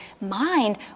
mind